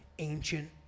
Ancient